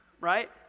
right